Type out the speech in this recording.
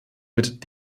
mit